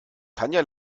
tanja